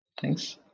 Thanks